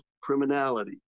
criminality